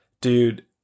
Dude